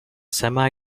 semi